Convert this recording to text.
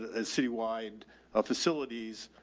as citywide ah facilities.